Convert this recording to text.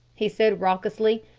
he said raucously,